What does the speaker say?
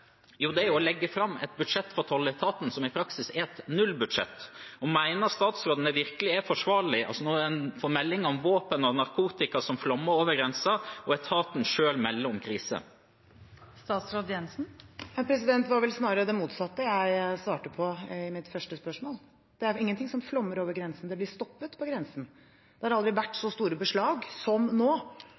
Jo, det er å legge fram et budsjett for tolletaten som i praksis er et nullbudsjett. Mener statsråden virkelig det er forsvarlig, når en får melding om våpen og narkotika som flommer over grensen, og etaten selv melder om krise? Det var vel snarere det motsatte jeg svarte på det første spørsmålet. Det er ingenting som «flommer over grensen». Det blir stoppet på grensen. Det har aldri vært så store beslag som nå,